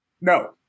No